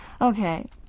Okay